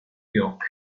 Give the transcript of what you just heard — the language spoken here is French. york